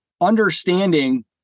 understanding